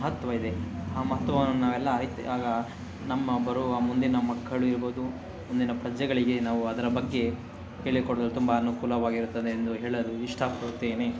ಮಹತ್ವ ಇದೆ ಆ ಮಹತ್ವವನ್ನು ನಾವೆಲ್ಲ ಅರಿತಾಗ ನಮ್ಮ ಬರುವ ಮುಂದಿನ ಮಕ್ಕಳಿರ್ಬೋದು ಮುಂದಿನ ಪ್ರಜೆಗಳಿಗೆ ನಾವು ಅದರ ಬಗ್ಗೆ ಹೇಳಿಕೊಳ್ಳಲು ತುಂಬ ಅನುಕೂಲವಾಗಿರುತ್ತದೆ ಎಂದು ಹೇಳಲು ಇಷ್ಟಪಡುತ್ತೇನೆ